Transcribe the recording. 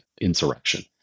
insurrection